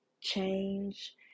change